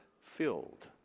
filled